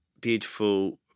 beautiful